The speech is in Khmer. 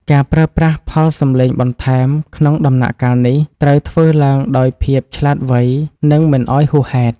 ការប្រើប្រាស់ផលសំឡេងបន្ថែមក្នុងដំណាក់កាលនេះត្រូវធ្វើឡើងដោយភាពឆ្លាតវៃ និង មិនឱ្យហួសហេតុ។